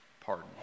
pardon